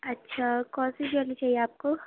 اچھا کون سی جیولری چاہیے آپ کو